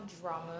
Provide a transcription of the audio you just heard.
drama